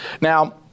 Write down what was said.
now